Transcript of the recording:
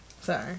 sorry